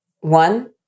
one